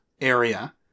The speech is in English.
area